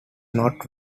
not